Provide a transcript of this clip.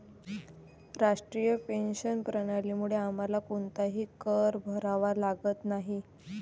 राष्ट्रीय पेन्शन प्रणालीमुळे आम्हाला कोणताही कर भरावा लागत नाही